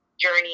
journey